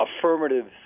affirmative